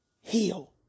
heal